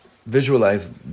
Visualize